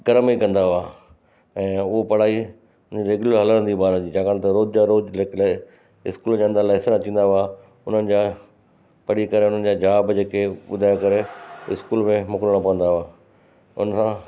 घर में कंदा हुआ ऐं उहा पढ़ाई रेगुलर हलंदी ॿारनि जी छाकाणि त रोज़ जा रोज़ु स्कूल जा अंदरु लेसन अची वेंदा हुआ हुननि जा पढ़ी करे हुननि जा जवाब जेके ॿुधाए करे स्कूल में मोकिलणा पवंदा हुआ उन सां